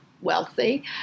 wealthy